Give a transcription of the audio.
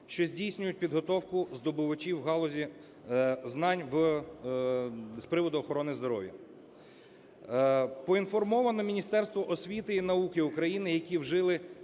що здійснюють підготовку здобувачів в галузі знань з приводу охорони здоров'я. Поінформовано Міністерство освіти і науки України, які вжили